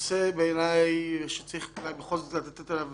הנושא שבעיניי צריך לתת עליו